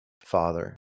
Father